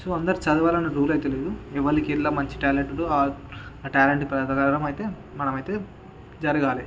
so అందరు చదవాలన్న rule అయితే లేదు ఎవరికి ఎందులో మంచి ట్యాలెంట్ ఉందో ఆ ట్యాలెంట్ ప్రకారమైతే మనమైతే జరగాలి